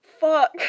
fuck